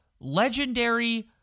legendary